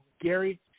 Gary